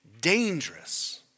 dangerous